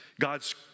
God's